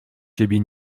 ciebie